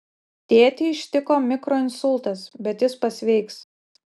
tėtį ištiko mikroinsultas bet jis pasveiks